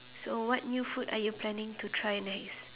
so what new food are you planning to try next